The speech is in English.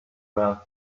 were